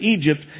Egypt